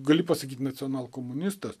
gali pasakyt nacionalkomunistas